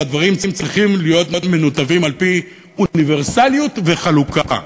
והדברים צריכים להיות מנותבים על-פי אוניברסליות וחלוקה.